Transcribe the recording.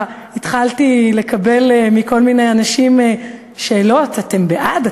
התחלתי לקבל מכל מיני אנשים שאלות, אתן בעד?